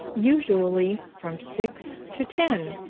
usually from six to ten.